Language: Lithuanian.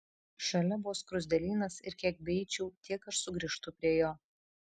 šalia buvo skruzdėlynas ir kiek beeičiau tiek aš sugrįžtu prie jo